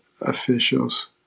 officials